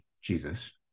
jesus